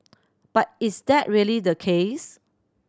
but is that really the case